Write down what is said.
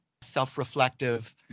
self-reflective